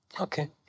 Okay